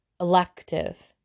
elective